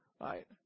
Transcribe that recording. right